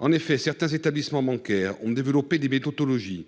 En effet, certains établissements bancaires ont développé des tautologie